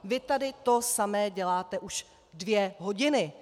Vy tady to samé děláte už dvě hodiny.